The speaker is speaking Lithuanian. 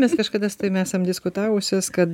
mes kažkada su tavim esam diskutavusios kad